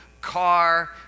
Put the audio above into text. car